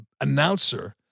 announcer